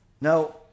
now